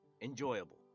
enjoyable